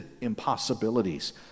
impossibilities